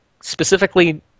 specifically